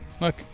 Look